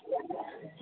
की लेबै अहाँ